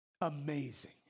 amazing